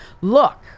Look